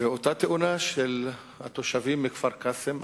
ואותה תאונה של התושבים מכפר-קאסם,